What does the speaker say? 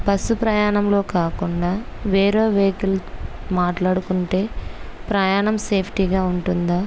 bus ప్రయాణంలో కాకుండా వేరే వెహికల్ మాట్లాడుకుంటే ప్రయాణం సేఫ్టీగా ఉంటుందా